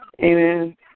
Amen